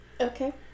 okay